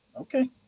Okay